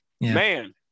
man